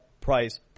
Price